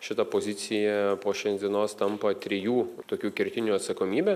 šita pozicija po šiandienos tampa trijų tokių kertinių atsakomybė